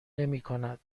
نمیکند